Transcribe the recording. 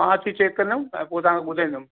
मां अची चेक कंदुमि ऐं पोइ तव्हां खे ॿुधाईंदुमि